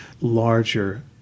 larger